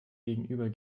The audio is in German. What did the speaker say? gegenüber